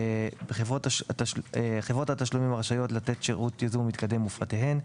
חברות התשלומים הרשאיות לתת שירות ייזום מתקדם ופרטיהן,